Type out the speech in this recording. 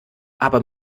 aber